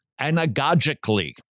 Anagogically